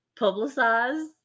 publicize